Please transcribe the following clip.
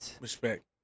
Respect